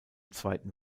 zweiten